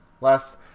Last